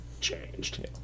changed